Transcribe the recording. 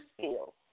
skills